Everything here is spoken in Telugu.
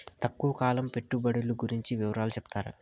తక్కువ కాలం పెట్టుబడులు గురించి వివరాలు సెప్తారా?